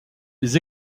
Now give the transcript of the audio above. les